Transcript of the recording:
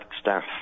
staff